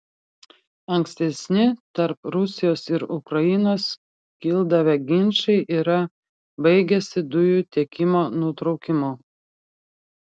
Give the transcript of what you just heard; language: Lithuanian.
ankstesni tarp rusijos ir ukrainos kildavę ginčai yra baigęsi dujų tiekimo nutraukimu